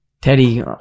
Teddy